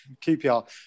QPR